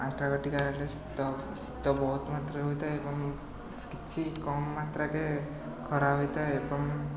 ଆଣ୍ଟାର୍କଟିକା ଆଡ଼େ ଶୀତ ଶୀତ ବହୁତ ମାତ୍ରାରେ ହୋଇଥାଏ ଏବଂ କିଛି କମ୍ ମାତ୍ରାରେ ଖରା ହୋଇଥାଏ ଏବଂ